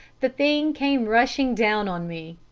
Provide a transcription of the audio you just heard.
the thing came rushing down on me.